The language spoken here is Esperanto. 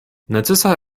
necesa